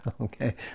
okay